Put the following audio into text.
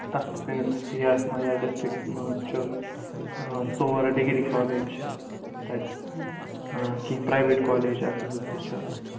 تَتھ سٲنِس ایریا ہَس منٛز یا ڈِسٹرکٹس منٛز چھُ ژور ڈگری کالج چھِ تَتہِ کیٚنٛہہ پراویٹ کالج اکھ زٕ تہِ چھِ